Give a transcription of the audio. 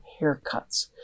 haircuts